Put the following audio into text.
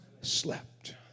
slept